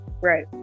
Right